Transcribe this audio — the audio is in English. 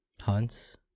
Hunt's